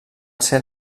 ser